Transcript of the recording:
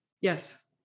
Yes